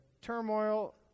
turmoil